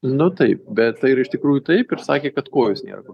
nu taip bet tai iš tikrųjų taip ir sakė kad kojos nėr kur